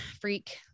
freak